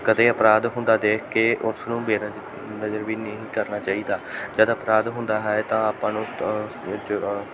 ਕਦੇ ਅਪਰਾਧ ਹੁੰਦਾ ਦੇਖ ਕੇ ਉਸ ਨੂੰ ਵੇ ਨਜ਼ਰ ਵੀ ਨਹੀਂ ਕਰਨਾ ਚਾਹੀਦਾ ਜਦੋਂ ਅਪਰਾਧ ਹੁੰਦਾ ਹੈ ਤਾਂ ਆਪਾਂ ਨੂੰ ਉਸ ਵਿੱਚ